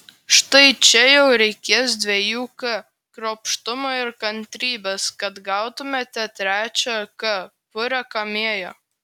štai čia jau reikės dviejų k kruopštumo ir kantrybės kad gautumėte trečią k purią kamėją